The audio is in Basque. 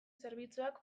zerbitzuak